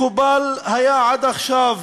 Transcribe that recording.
מקובל היה עד עכשיו,